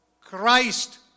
Christ